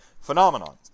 phenomenon